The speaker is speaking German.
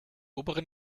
oberen